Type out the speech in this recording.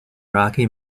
rocky